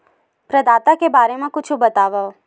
प्रदाता के बारे मा कुछु बतावव?